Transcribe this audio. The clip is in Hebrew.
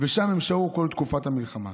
ושם הן שהו כל תקופת המלחמה.